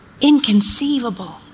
inconceivable